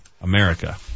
America